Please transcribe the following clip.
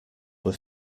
were